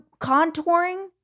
contouring